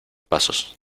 pasos